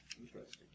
Interesting